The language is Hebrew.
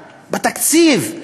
בתקציב,